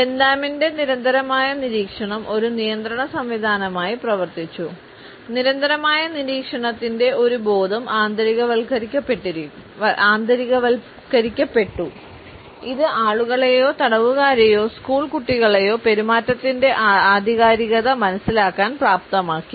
ബെന്താമിന്റെ നിരന്തരമായ നിരീക്ഷണം ഒരു നിയന്ത്രണ സംവിധാനമായി പ്രവർത്തിച്ചു നിരന്തരമായ നിരീക്ഷണത്തിന്റെ ഒരു ബോധം ആന്തരികവൽക്കരിക്കപ്പെട്ടു ഇത് ആളുകളെയോ തടവുകാരെയോ സ്കൂൾ കുട്ടികളെയോ പെരുമാറ്റത്തിന്റെ ആധികാരികത മനസ്സിലാക്കാൻ പ്രാപ്തമാക്കി